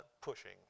pushing